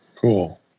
Cool